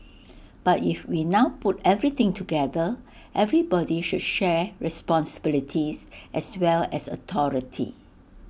but if we now put everything together everybody should share responsibilities as well as authority